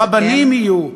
רבנים, יהיו.